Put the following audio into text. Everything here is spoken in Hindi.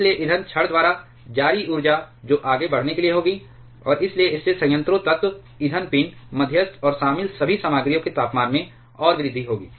इसलिए ईंधन छड़ द्वारा जारी ऊर्जा जो आगे बढ़ने के लिए होगी और इसलिए इससे संयंत्रों तत्व ईंधन पिन मध्यस्थ और शामिल सभी सामग्रियों के तापमान में और वृद्धि होगी